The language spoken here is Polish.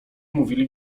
mówili